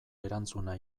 erantzuna